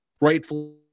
rightfully